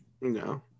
No